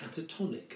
catatonic